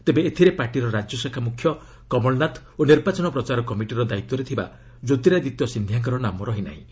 ତେବେ ଏଥିରେ ପାର୍ଟିର ରାଜ୍ୟଶାଖା ମୁଖ୍ୟ କମଳନାଥ ଓ ନିର୍ବାଚନ ପ୍ରଚାର କମିଟିର ଦାୟିତ୍ୱରେ ଥିବା ଜ୍ୟୋତିରାଦିତ୍ୟ ସିନ୍ଦିଆଙ୍କର ନାମ ନାହିଁ